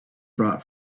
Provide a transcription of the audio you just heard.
brought